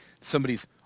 somebody's